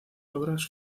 obras